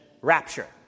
rapture